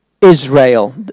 Israel